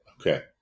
Okay